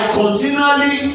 continually